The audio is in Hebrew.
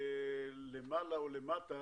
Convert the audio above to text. למעלה או למטה